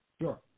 Sure